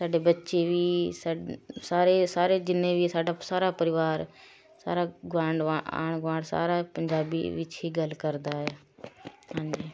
ਸਾਡੇ ਬੱਚੇ ਵੀ ਸਾ ਸਾਰੇ ਸਾਰੇ ਜਿੰਨੇ ਵੀ ਸਾਡਾ ਸਾਰਾ ਪਰਿਵਾਰ ਸਾਰਾ ਗੁਆਂਢ ਆਂ ਆਂਢ ਗੁਆਂਢ ਸਾਰਾ ਪੰਜਾਬੀ ਵਿੱਚ ਹੀ ਗੱਲ ਕਰਦਾ ਹੈ ਹਾਂਜੀ